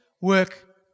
work